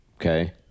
Okay